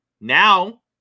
Now